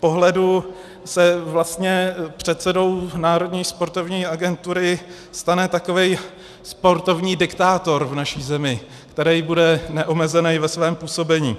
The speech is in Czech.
pohledu se vlastně předsedou Národní sportovní agentury stane takový sportovní diktátor v naší zemi, který bude neomezený ve svém působení.